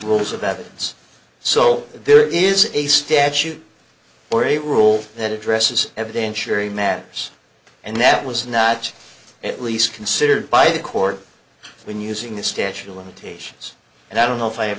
rules of evidence so there is a statute or a rule that addresses evidentiary matters and that was not at least considered by the court when using the statute of limitations and i don't know if i have